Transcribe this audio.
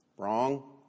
wrong